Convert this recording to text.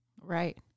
Right